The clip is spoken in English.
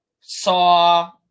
saw